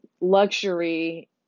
luxury